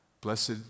Blessed